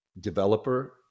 developer